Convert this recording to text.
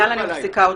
אייל, אני מפסיקה אותך.